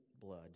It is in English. blood